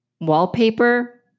wallpaper